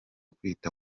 kwita